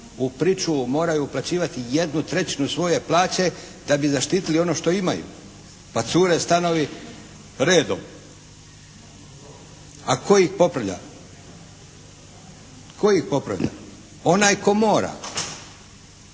u pričuvu moraju uplaćivati jednu trećinu svoje plaće da bi zaštitili ono što imaju. Pa cure stanovi redom, a tko ih popravlja? Tko ih popravlja? Onaj tko mora.